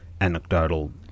anecdotal